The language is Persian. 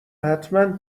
حتما